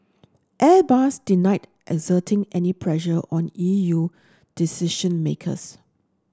Airbus denied exerting any pressure on E U decision makers